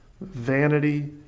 vanity